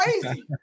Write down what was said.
crazy